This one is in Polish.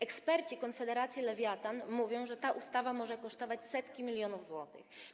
Eksperci Konfederacji Lewiatan mówią, że ta ustawa może kosztować setki milionów złotych.